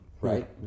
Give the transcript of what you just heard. right